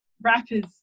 rappers